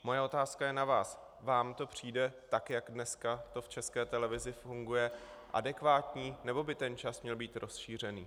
Moje otázka je na vás: Vám to přijde, tak jak to dneska v České televizi funguje, adekvátní, nebo by ten čas měl být rozšířený?